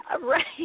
Right